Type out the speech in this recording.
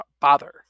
bother